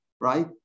right